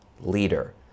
leader